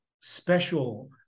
special